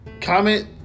comment